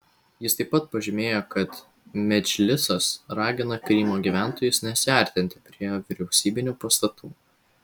jis taip pat pažymėjo kad medžlisas ragina krymo gyventojus nesiartinti prie vyriausybinių pastatų